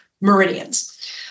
meridians